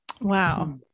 wow